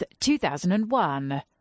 2001